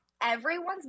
Everyone's